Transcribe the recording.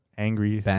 angry